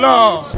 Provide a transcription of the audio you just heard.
Lord